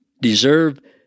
deserve